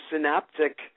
synaptic